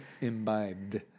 imbibed